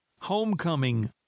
homecoming